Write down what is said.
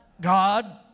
God